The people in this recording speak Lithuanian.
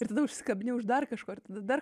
ir tada užsikabini už dar kažkur dar